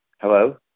Hello